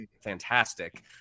fantastic